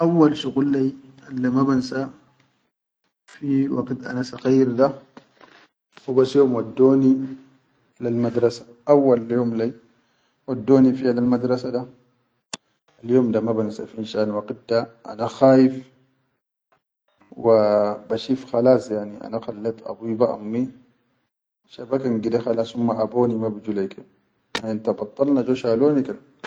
Awwal shuqul leyi al ma bansa fi waqit ana sakkayyir da hubas yom waddo ni lel madrasa da, al yom da ma bansa, finshal waqit da ana khayif wa ba shif khalas yani ana khalet abuyi wa ammi shegat na gedeh khalas abuyi ma biju leyi gedeh yamta badal na jo shaloni kan.